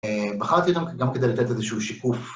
בחרתי אותם גם כדי לתת איזשהו שיקוף.